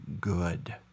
good